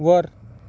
वर